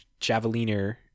javeliner